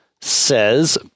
says